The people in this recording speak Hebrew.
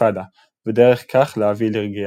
- האינתיפאדה - ודרך כך להביא לרגיעתה.